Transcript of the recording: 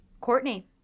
Courtney